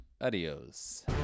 Adios